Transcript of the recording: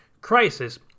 crisis